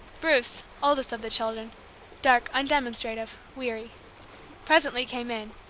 bruce oldest of the children dark, undemonstrative, weary presently came in,